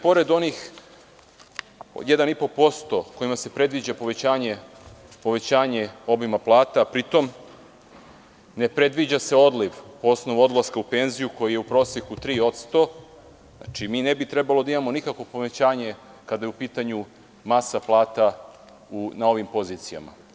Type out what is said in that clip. Pored 1,5% kojima se predviđa povećanje obima plata, a pri tome se ne predviđa odliv po osnovu odlaska u penziju koji je u proseku 3%, mi ne bi trebalo da imamo nikakvo povećanje, kada je u pitanju masa plata na ovim pozicijama.